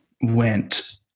went